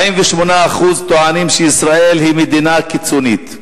48% טוענים שישראל היא מדינה קיצונית,